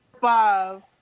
five